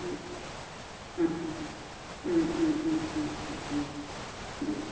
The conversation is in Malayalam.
മ്മ് ആ മ്മ് മ്മ് മ്മ് മ്മ്